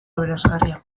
aberasgarria